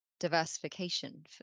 diversification